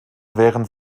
während